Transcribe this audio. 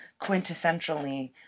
quintessentially